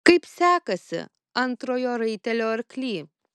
kaip sekasi antrojo raitelio arkly